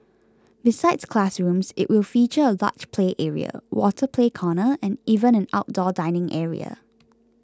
besides classrooms it will feature a large play area water play corner and even an outdoor dining area